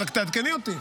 רק תעדכני אותי.